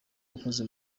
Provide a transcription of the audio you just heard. wakoze